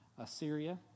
Assyria